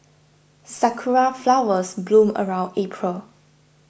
sakura flowers bloom around April